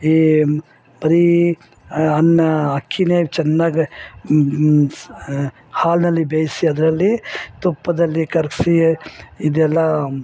ಈ ಬರೀ ಅನ್ನ ಅಕ್ಕಿನೇ ಚೆನ್ನಾಗ್ ಹಾಲಿನಲ್ಲಿ ಬೇಯಿಸಿ ಅದರಲ್ಲಿ ತುಪ್ಪದಲ್ಲಿ ಕರಗಿಸಿ ಇದೆಲ್ಲ